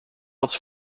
else